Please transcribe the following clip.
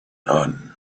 none